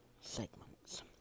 segments